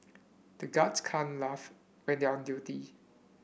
the guards can't laugh when they are on duty